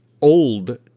old